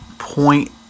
point